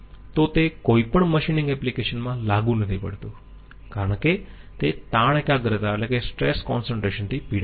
તો તે કોઈપણ મશીનિંગ એપ્લિકેશન માં લાગુ નથી પડતું કારણ કે તે તાણ એકાગ્રતા થી પીડાય છે